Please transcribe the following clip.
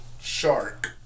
Shark